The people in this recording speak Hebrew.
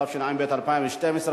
התשע"ב 2012,